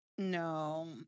No